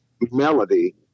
melody